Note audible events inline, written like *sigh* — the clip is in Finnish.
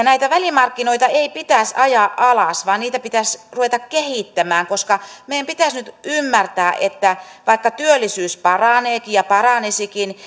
*unintelligible* näitä välimarkkinoita ei pitäisi ajaa alas vaan niitä pitäisi ruveta kehittämään koska meidän pitäisi nyt ymmärtää että vaikka työllisyys paraneekin ja paranisikin *unintelligible*